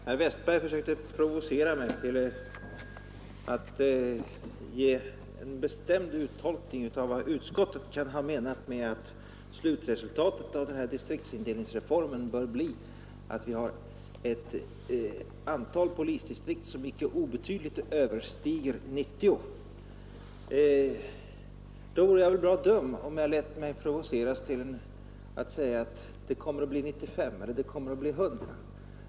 Herr talman! Herr Westberg i Ljusdal försökte provocera mig att ge en bestämd uttolkning av vad utskottet kan ha menat med att slutresultatet av distriktsindelningsreformen bör bli att vi har ett antal polisdistrikt som icke obetydligt överstiger 90. Men jag vore väl bra dum om jag lät mig provoceras att säga att det kommer att bli 95 eller att det kommer att bli 100.